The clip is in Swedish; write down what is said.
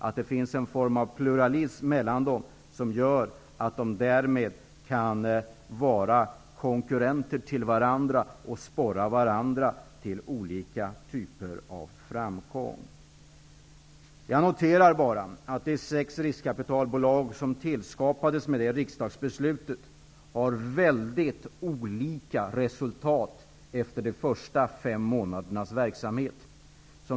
Det skall finnas en form av pluralism mellan dem som gör att de kan vara konkurrenter till varandra och sporra varandra till olika typer av framgång. Jag noterar att de sex riskkapitalbolag som tillskapades i och med riksdagsbeslutet har mycket olika resultat efter de första fem månadernas verksamhet.